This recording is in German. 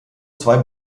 zwei